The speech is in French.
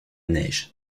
neige